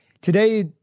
today